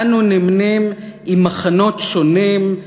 אנו נמנים עם מחנות שונים,